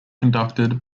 conducted